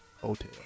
Hotel